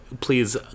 please